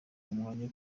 umwanya